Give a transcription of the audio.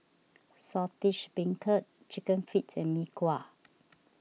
Saltish Beancurd Chicken Feet and Mee Kuah